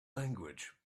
language